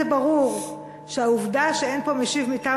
זה ברור שהעובדה שאין פה משיב מטעם